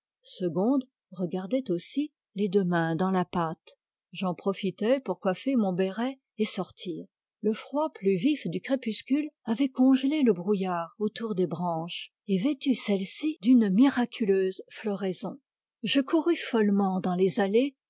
segonde regardait aussi les deux mains dans la pâte j'en profitai pour coiffer mon béret et sortir le froid plus vif du crépuscule avait congelé le brouillard autour des branches et vêtu celles-ci d'une miraculeuse floraison je courus follement dans les allées